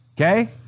okay